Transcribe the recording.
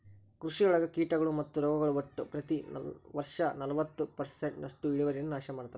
ಕೃಷಿಯೊಳಗ ಕೇಟಗಳು ಮತ್ತು ರೋಗಗಳು ಒಟ್ಟ ಪ್ರತಿ ವರ್ಷನಲವತ್ತು ಪರ್ಸೆಂಟ್ನಷ್ಟು ಇಳುವರಿಯನ್ನ ನಾಶ ಮಾಡ್ತಾವ